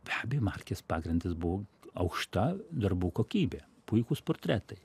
be abejo markės pagrindas buvo aukšta darbų kokybė puikūs portretai